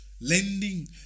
Lending